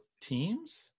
teams